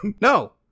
No